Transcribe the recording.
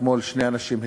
אתמול שני אנשים התחשמלו,